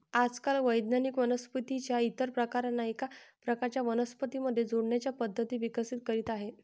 आजकाल वैज्ञानिक वनस्पतीं च्या इतर प्रकारांना एका प्रकारच्या वनस्पतीं मध्ये जोडण्याच्या पद्धती विकसित करीत आहेत